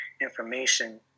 information